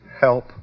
Help